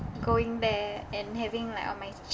going there and having like all my